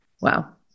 Wow